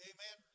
Amen